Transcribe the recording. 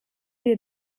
dir